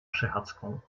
przechadzką